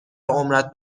عمرت